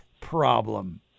problem